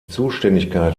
zuständigkeit